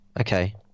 okay